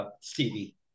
Stevie